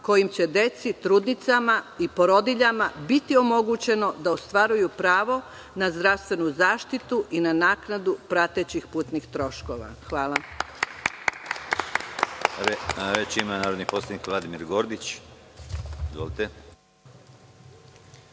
kojim će deci, trudnicama i porodiljama biti omogućeno da ostvaruju pravo na zdravstvenu zaštitu i na naknadu pratećih putnih troškova. Hvala.